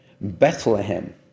Bethlehem